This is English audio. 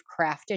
crafted